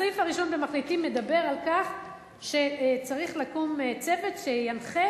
הסעיף הראשון בהצעת המחליטים מדבר על כך שצריך לקום צוות שינחה